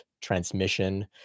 transmission